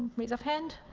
raise of hand.